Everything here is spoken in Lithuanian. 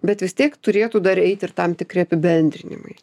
bet vis tiek turėtų dar eit ir tam tikri apibendrinimai